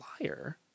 liar